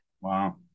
Wow